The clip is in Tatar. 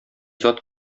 зат